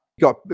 got